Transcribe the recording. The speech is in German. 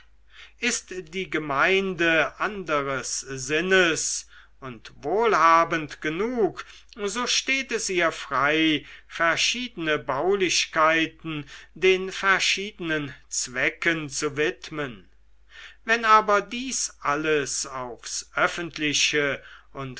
ist die gemeinde anderes sinnes und wohlhabend genug so steht es ihr frei verschiedene baulichkeiten den verschiedenen zwecken zu widmen wenn aber dies alles aufs öffentliche und